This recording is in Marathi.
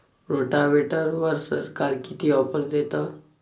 रोटावेटरवर सरकार किती ऑफर देतं?